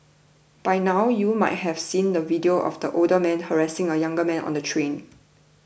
by now you might have seen the video of the older man harassing a younger man on the train